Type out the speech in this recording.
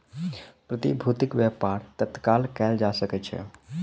प्रतिभूतिक व्यापार तत्काल कएल जा सकै छै